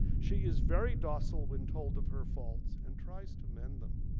she is very docile when told of her faults and tries to mend them.